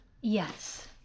Yes